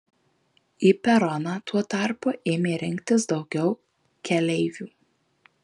į peroną tuo tarpu ėmė rinktis daugiau keleivių